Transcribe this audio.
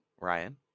Ryan